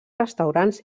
restaurants